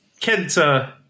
Kenta